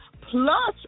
plus